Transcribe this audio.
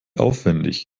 aufwendig